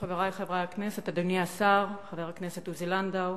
חברי חברי הכנסת, אדוני השר חבר הכנסת עוזי לנדאו,